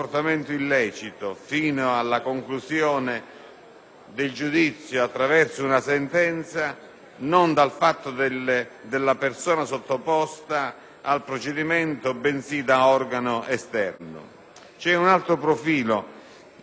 C'è un altro profilo che ritengo, sia pure